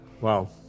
Wow